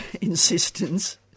insistence